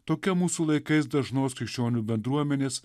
tokia mūsų laikais dažnos krikščionių bendruomenės